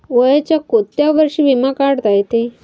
वयाच्या कोंत्या वर्षी बिमा काढता येते?